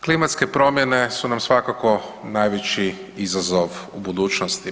Klimatske promjene su nam svakako najveći izazov u budućnosti.